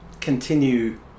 continue